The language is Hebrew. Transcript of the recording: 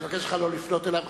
אני מבקש ממך לא לפנות אליו.